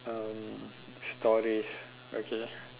um stories okay